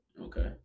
Okay